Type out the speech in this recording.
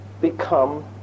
become